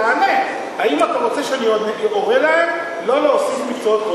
תענה: האם אתה רוצה שאני אורה להם לא להוסיף מקצועות קודש?